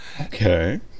Okay